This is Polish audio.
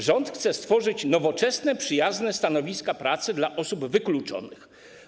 Rząd chce stworzyć nowoczesne, przyjazne stanowiska pracy dla osób wykluczonych.